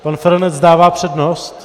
Pan Feranec dává přednost?